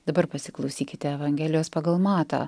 dabar pasiklausykite evangelijos pagal matą